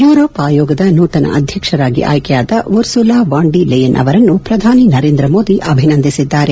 Europe ಆಯೋಗದ ನೂತನ ಅಧ್ಯಕ್ಷರಾಗಿ ಆಯ್ಕೆಯಾದ ಉರ್ಸುಲಾ ವಾನ್ಡೀ ಲೆಯನ್ ಅವರನ್ನು ಪ್ರಧಾನಿ ನರೇಂದ್ರ ಮೋದಿ ಅಭಿನಂದಿಸಿದ್ದಾರೆ